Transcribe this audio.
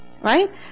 right